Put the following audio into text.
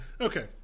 okay